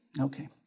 Okay